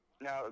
Now